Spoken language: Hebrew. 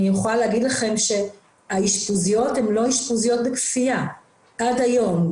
יכולה להגיד לכם שהאשפוזיות הן לא אשפוזיות בכפייה עד היום,